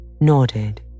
nodded